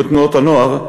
בתנועות הנוער,